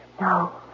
No